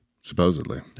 Supposedly